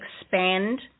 expand